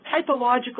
typological